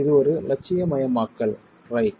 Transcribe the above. இது ஒரு இலட்சியமயமாக்கல் ரைட்